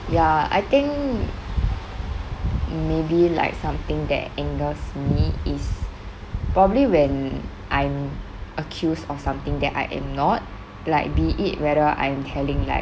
ya I think maybe like something that angers me is probably when I'm accused of something I am not like be it whether I'm telling like